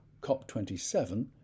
COP27